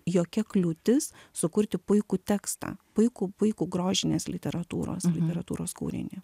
jokia kliūtis sukurti puikų tekstą puikų puikų grožinės literatūros literatūros kūrinį